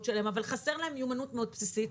שלהם אבל חסרה להם מיומנות מאוד בסיסית.